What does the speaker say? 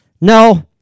No